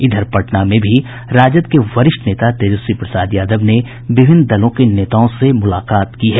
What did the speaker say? इधर पटना में भी राजद के वरिष्ठ नेता तेजस्वी प्रसाद यादव ने विभिन्न दलों के नेताओं से मुलाकात की है